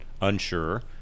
unsure